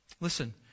Listen